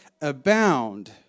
abound